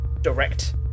direct